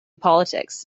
politics